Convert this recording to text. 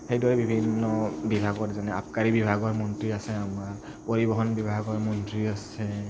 সেইদৰে বিভিন্ন বিভাগৰ যেনে আবকাৰী বিভাগৰ মন্ত্ৰী আছে আমাৰ পৰিৱহণ বিভাগৰ মন্ত্ৰী আছে